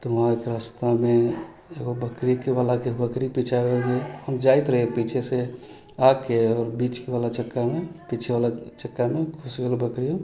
तऽ वहाँके रास्तामे एगो बकरीवला के बकरी पीचा गेल हम जाइत रहि पीछेसँ आके आओर बीचवला चक्कामे पीछेवला चक्कामे घुसि गेल बकरी